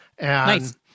Nice